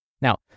Now